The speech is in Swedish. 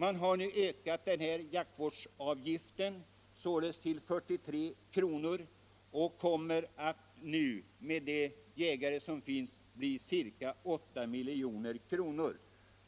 Man har nu ökat jaktvårdsavgiften till 43 kr., och då kommer summan för Svenska jägareförbundets del att stiga till ca 8 miljoner.